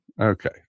Okay